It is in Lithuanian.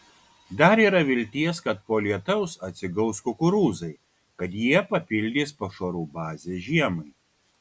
dar yra vilties kad po lietaus atsigaus kukurūzai kad jie papildys pašarų bazę žiemai